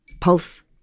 pulse